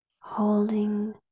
holding